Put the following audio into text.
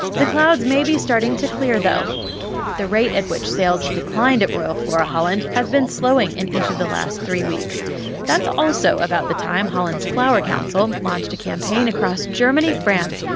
the clouds may be starting to clear, though the rate at which sales have declined at royal flora holland has been slowing in each of the last three weeks that's also about the time holland's flower council launched a campaign across germany, france,